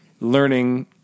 learning